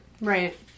Right